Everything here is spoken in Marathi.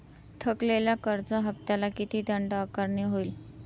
थकलेल्या कर्ज हफ्त्याला किती दंड आकारणी होईल?